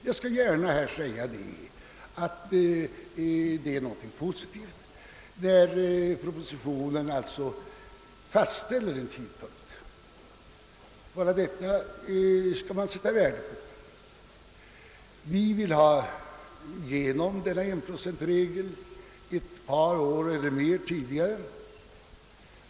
Jag skall gärna medge att det är positivt att propositionen fastställer en tidpunkt; bara det skall man sätta värde på. Vi vill ha igenom enprocentregeln ett par år tidigare än vad som föreslås i propositionen.